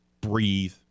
breathe